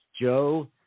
Joe